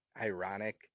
ironic